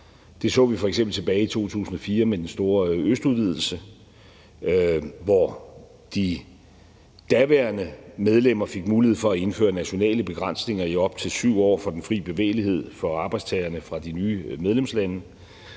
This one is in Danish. Det så vi f.eks. tilbage i 2004 med den store østudvidelse, hvor de daværende medlemmer fik mulighed for at indføre nationale begrænsninger i op til 7 år for den fri bevægelighed for arbejdstagerne fra de nye medlemslande.